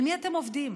על מי אתם עובדים?